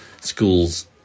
schools